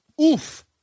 Oof